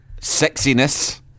Sexiness